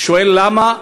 הוא שואל: למה?